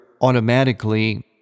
automatically